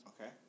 Okay